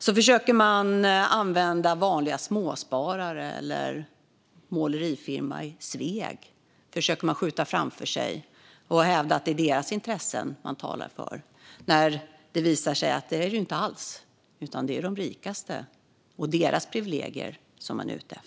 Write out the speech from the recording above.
Man försöker att använda vanliga småsparare eller en målerifirma i Sveg och skjuta dem framför sig och hävda att det är deras intressen man talar för. Det visar sig att det är det inte alls, utan det är de rikaste och deras privilegier som man försvarar.